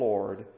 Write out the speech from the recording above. Lord